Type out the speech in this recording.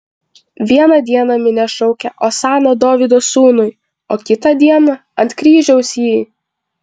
vieną dieną minia šaukia osana dovydo sūnui o kitą dieną ant kryžiaus jį